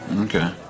Okay